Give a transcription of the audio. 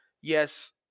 yes